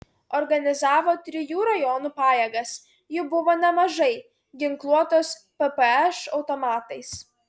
organizavo trijų rajonų pajėgas jų buvo nemažai ginkluotos ppš automatais